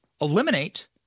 eliminate